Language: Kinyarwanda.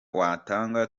watanga